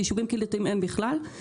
ביישובים קהילתיים אין בכלל.